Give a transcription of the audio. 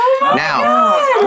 Now